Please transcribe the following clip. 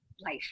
life